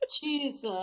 jesus